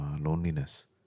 loneliness